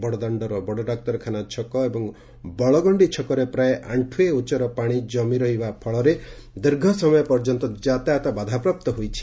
ବଡଦାଶ୍ଡର ବଡଡାକ୍ତର ଖାନା ଛକ ଏବଂ ବଳଗଣ୍ଡି ଛକରେ ପ୍ରାୟ ଆଣ୍ଷୁଏ ଉଚ୍ଚର ପାଣି ଜମି ରହିବା ପଳରେ ଦୀର୍ଘ ସମୟ ପର୍ଯ୍ୟନ୍ତ ଯାତାୟତ ବାଧାପ୍ରାପ୍ତ ହୋଇଛି